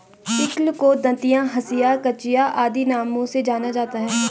sickle को दँतिया, हँसिया, कचिया आदि नामों से जाना जाता है